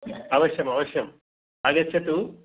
अवश्यम् अवश्यम् आगच्छतु